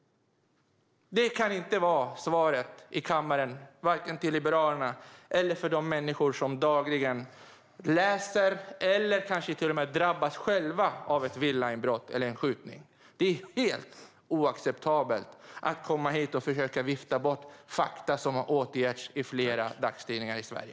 Det kan inte vara svaret i kammaren vare sig till Liberalerna eller till de människor som dagligen läser om eller kanske till och med drabbas själva av ett villainbrott eller en skjutning. Det är helt oacceptabelt att komma hit och försöka vifta bort fakta som har återgetts i flera dagstidningar i Sverige!